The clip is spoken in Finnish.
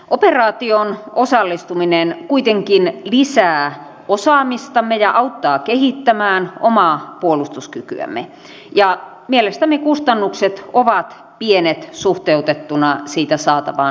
operaatioon osallistuminen kuitenkin lisää osaamistamme ja auttaa kehittämään omaa puolustuskykyämme ja mielestämme kustannukset ovat pienet suhteutettuina siitä saatavaan hyötyyn